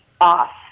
off